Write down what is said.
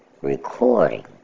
Recording